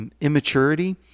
immaturity